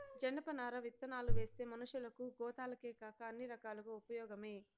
జనపనార విత్తనాలువేస్తే మనషులకు, గోతాలకేకాక అన్ని రకాలుగా ఉపయోగమే